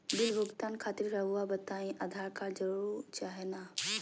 Bill भुगतान खातिर रहुआ बताइं आधार कार्ड जरूर चाहे ना?